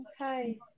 Okay